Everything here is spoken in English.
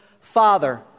Father